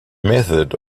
method